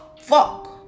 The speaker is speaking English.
fuck